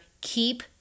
keep